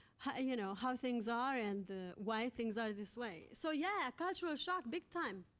you know how things are and why things are this way. so, yeah, cultural shock big-time.